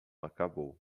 acabou